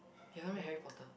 you haven't read Harry Potter